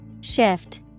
Shift